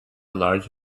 large